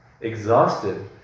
exhausted